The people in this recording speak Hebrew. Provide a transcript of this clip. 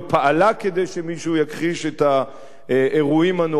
שמישהו יכחיש את האירועים הנוראיים האלה.